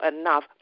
enough